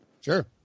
Sure